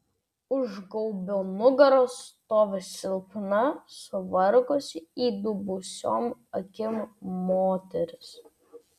už gaubio nugaros stovi silpna suvargusi įdubusiom akim moteris